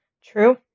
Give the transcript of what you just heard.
True